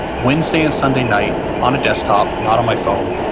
wednesday and sunday night, on a desktop, not on my phone.